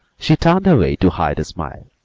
she turned away to hide a smile.